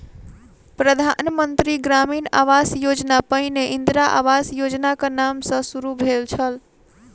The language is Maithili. प्रधान मंत्री ग्रामीण आवास योजना पहिने इंदिरा आवास योजनाक नाम सॅ शुरू भेल छल